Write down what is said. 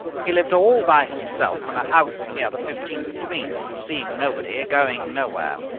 he lived all by himself in a house near the fifteenth green, seeing nobody, going nowhere.